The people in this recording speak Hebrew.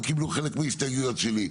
לא קיבלו חלק מההסתייגויות שלי,